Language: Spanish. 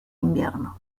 invierno